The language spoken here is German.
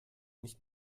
nicht